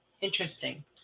Interesting